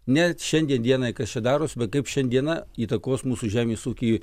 ne šiandien dienai kas čia darosi bet kaip šiandiena įtakos mūsų žemės ūkį